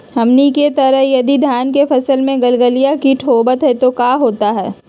हमनी के तरह यदि धान के फसल में गलगलिया किट होबत है तो क्या होता ह?